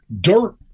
dirt